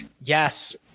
Yes